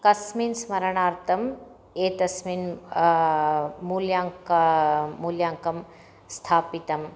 कस्मिन् स्मरणार्थम् एतस्मिन् मूल्याङ्कं मूल्याङ्कं स्थापितम्